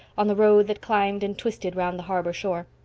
on the road that climbed and twisted round the harbor shore.